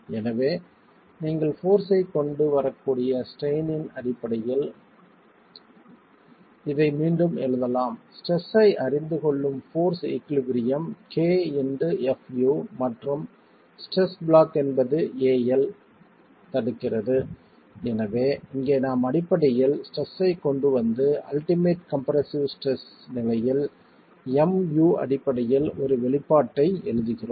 எனவே நீங்கள் போர்ஸ் ஐ கொண்டு வரக்கூடிய ஸ்ட்ரெஸ் ன் அடிப்படையில் இதை மீண்டும் எழுதலாம் ஸ்ட்ரெஸ் ஐ அறிந்து கொள்ளும் போர்ஸ் ஈகுலிபிரியம் kfu மற்றும் ஸ்ட்ரெஸ் பிளாக் என்பது al தடுக்கிறது எனவே இங்கே நாம் அடிப்படையில் ஸ்ட்ரெஸ் ஐக் கொண்டு வந்து அல்டிமேட் கம்ப்ரசிவ் ஸ்ட்ரெஸ் நிலையில் Mu அடிப்படையில் ஒரு வெளிப்பாட்டைப் பெற எழுதுகிறோம்